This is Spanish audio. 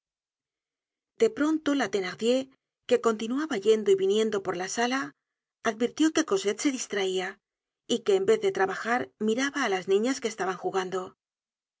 de pronto la thenardier que continuaba yendo y viniendo por la sala advirtió que cosette se distraia y que en vez de trabajar miraba á las niñas que estaban jugando